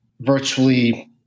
virtually